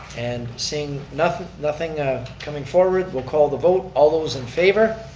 and seeing nothing nothing coming forward we'll call the vote. all those in favor?